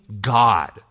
God